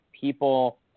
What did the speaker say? people